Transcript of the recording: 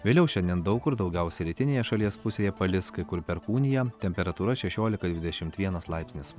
vėliau šiandien daug kur daugiausiai rytinėje šalies pusėje palis kai kur perkūnija temperatūra šešiolika dvidešimt vienas laipsnis